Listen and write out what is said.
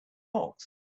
fox